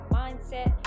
mindset